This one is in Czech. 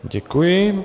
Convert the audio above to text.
Děkuji.